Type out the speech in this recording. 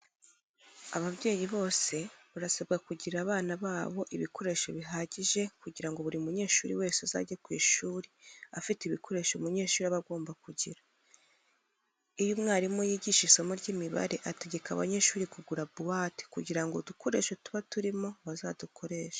Ababyeyi bose barasabwa kugirira abana babo ibikoresho bihagije kugira ngo buri munyeshuri wese azajye ku ishuri afite ibikoresho umunyeshuri aba agomba kugira. Iyo umwarimu yigisha isomo ry'imibare ategeka abanyeshuri kugura buwate kugira ngo udukoresho tuba turimo bazadukoreshe.